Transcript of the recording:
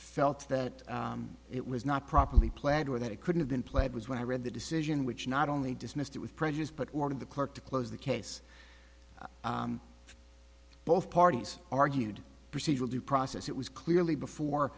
felt that it was not properly planned or that it couldn't have been played was when i read the decision which not only dismissed with prejudice but ordered the clerk to close the case both parties argued procedural due process it was clearly before